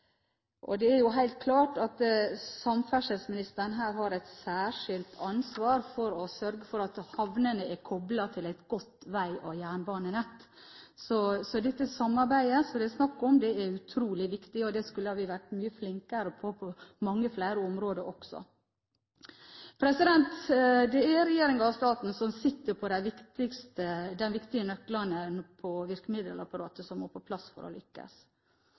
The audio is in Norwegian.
Det er helt klart at samferdselsministeren her har et særskilt ansvar for å sørge for at havnene er koblet til et godt vei- og jernbanenett. Det samarbeidet som det er snakk om, er utrolig viktig, og det skulle vi vært mye flinkere til på mange flere områder. Det er regjeringen og staten som sitter med de viktige nøklene til virkemiddelapparatet som må på plass for å lykkes.